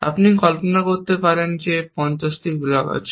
আপনি কল্পনা করতে পারেন যে 50 টি ব্লক আছে